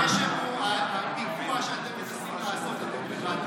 הקשר הוא הפיגוע שאתם מנסים לעשות לדמוקרטיה.